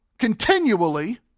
Continually